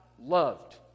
loved